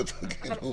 אני אומר לכם בכנות.